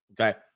Okay